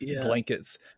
blankets